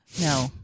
No